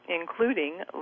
including